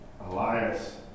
Elias